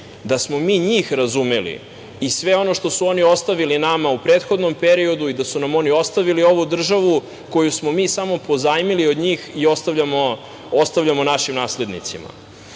da smo mi njih razumeli i sve ono što su oni ostavili nama u prethodnom periodu i da su nam oni ostavili ovu državu koju smo mi samo pozajmili od njih i ostavljamo našim naslednicima.